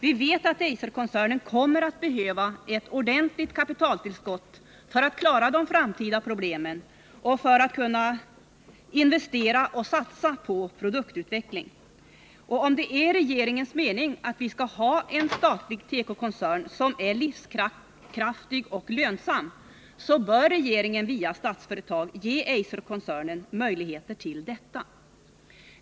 Vi vet att Eiserkoncernen kommer att behöva ett ordentligt kapitaltillskott för att klara de framtida problemen och för att kunna investera och satsa på produktutveckling. Om det är regeringens mening att vi skall ha en statlig tekokoncern som är livskraftig och lönsam, bör regeringen via Statsföretag ge Eiserkoncernen möjligheter till detta.